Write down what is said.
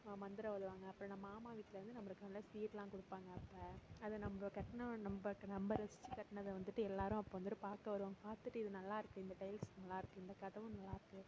மந்திரம் ஓதுவாங்க அப்புறம் நா மாமா வீட்லேருந்து நம்மளுக்கு நல்ல சீரெலாம் கொடுப்பாங்க அப்போ அதை நம்ம கட்டினவன் நம்ம நம்ம ரசித்து கட்டினத வந்துட்டு எல்லாரும் அப்போ வந்துட்டு பார்க்க வருவாங்க பார்த்துட்டு இது நல்லா இருக்குது இந்த டைல்ஸ் நல்லா இருக்குது இந்த கதவு நல்லா இருக்குது